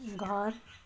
घर